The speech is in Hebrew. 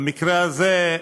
במקרה הזה,